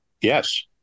Yes